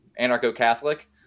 anarcho-Catholic